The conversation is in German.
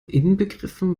inbegriffen